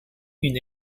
une